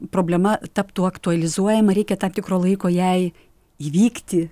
problema taptų aktualizuojama reikia tam tikro laiko jai įvykti